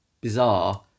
bizarre